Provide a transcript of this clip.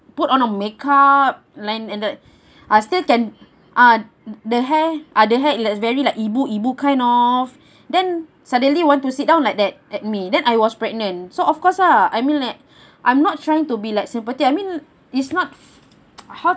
put on makeup like in the I still can uh the hair uh the hair is very like ibu ibu kind of then suddenly want to sit down like that at me then I was pregnant so of course lah I mean like I'm not trying to be like sympathy I mean it's not how